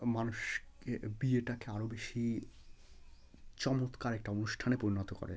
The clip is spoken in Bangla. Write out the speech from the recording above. মানুষকে বিয়েটাকে আরো বেশি চমৎকার একটা অনুষ্ঠানে পরিণত করে